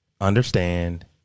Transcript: understand